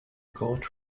court